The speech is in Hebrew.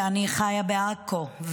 אני חיה בעכו,